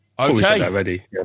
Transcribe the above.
Okay